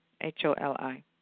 H-O-L-I